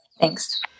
Thanks